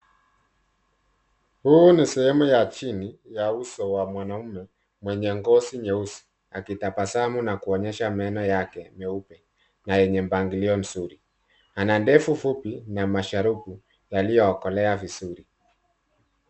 Huu ni sehemu ya chini ya uso wa mwanaume mwenye ngozi nyeusi akitabasamu na kuonyesha meno yake meupe na yenye mpangilio mzuri. Ana ndevu fupi na masharufu yaliyokolea vizuri.